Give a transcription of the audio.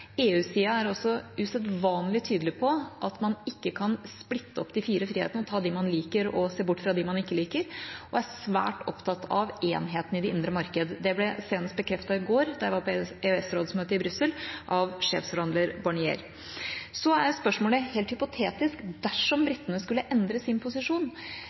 EU-sida er også usedvanlig tydelig på at man ikke kan splitte opp de fire frihetene – ta dem man liker, og se bort fra dem man ikke liker – og er svært opptatt av enheten i det indre marked. Det ble senest bekreftet i går, da jeg var på EØS-rådsmøtet i Brussel, av sjefsforhandler Barnier. Så spørsmålet er helt hypotetisk. Dersom britene skulle endre sin posisjon,